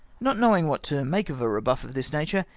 not know ing what to make of a rebuff of this nature,